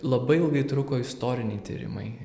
labai ilgai truko istoriniai tyrimai